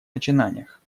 начинаниях